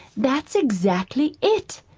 that's exactly it,